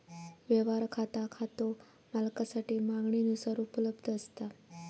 व्यवहार खाता खातो मालकासाठी मागणीनुसार उपलब्ध असता